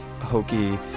hokey